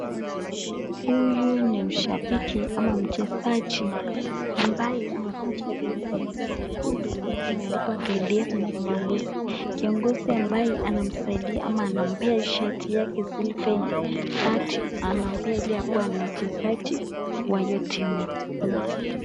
Huyu ni mshabiki ama mchezaji ambaye amevaa shati lake nyekundu ambalo limeandikwa KDF na kiongozi. Kiongozi ambaye anamsaidia ama anampa shati yake Sylvaine thirty anampea ila kuwa ni mchezaji wa hiyo timu.